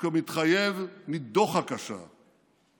וכמתחייב מדוחק השעה.